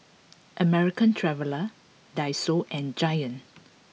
American Traveller Daiso and Giant